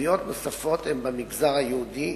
תביעות נוספות, הן במגזר היהודי,